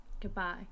goodbye